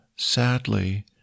sadly